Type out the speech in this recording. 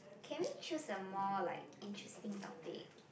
can we choose a more like interesting topic